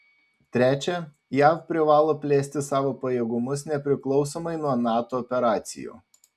trečia jav privalo plėsti savo pajėgumus nepriklausomai nuo nato operacijų